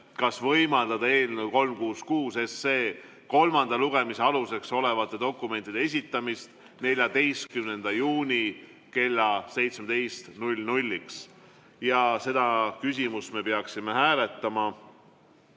kas võimaldada eelnõu 366 kolmanda lugemise aluseks olevate dokumentide esitamist 14. juuni kella 17-ks. Ja seda küsimust me peaksime hääletama.